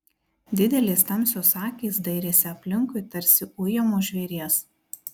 didelės tamsios akys dairėsi aplinkui tarsi ujamo žvėries